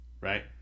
right